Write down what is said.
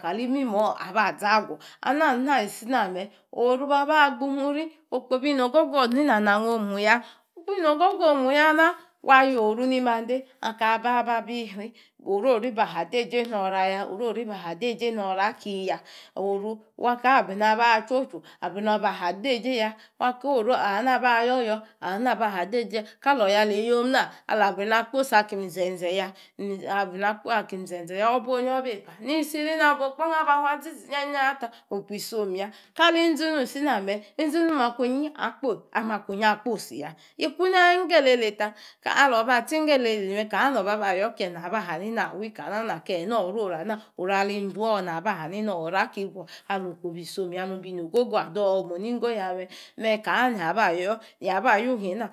kalimimor abazaagu. Ana alisina me, oru babaa gbimuri, okpo be nogogo oni nanong omuya Enogogo omuyana, wa yoru ni mande Akaa ba bi ri, oriori baa hadeje nor ra ya, oriori he ha deje nora aki yaa. Wa wabrinor aba chochu, abrinor baha- dejeya. Waa ka woru abayo̱yor ana-baha deje- ya! Ka lo̱ o̱ya aleyomna ala- abrino̱ akposi akiminzeze ya o̱ba onyi oba epa nisiri abokpo ong ba abazi zinyah zinyaha ta̱, okpo isomuya kala inzinu isiname, inzinu makwinyi akposi amakwinyi akposi- ya yi kuna ingo elele ta. Alor ba tsingo elele me, kana nor baba yorkie na-ba hani na ba winka na orna ke nor roru ana, oru alinjour alor- bahano̱ rar- ki- buo, alokpo be somuya alubinogogo ado nibiga me kanano̱babayor niba ngu?